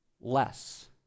less